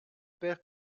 père